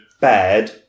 bad